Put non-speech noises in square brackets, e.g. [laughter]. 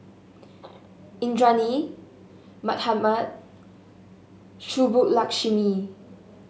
[noise] Indranee Mahatma Subbulakshmi